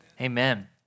Amen